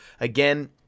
Again